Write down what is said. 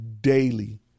daily